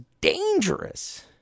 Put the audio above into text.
dangerous